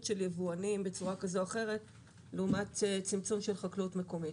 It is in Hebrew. של יבואנים בצורה כזאת או אחרת לעומת צמצום של חקלאות מקומית?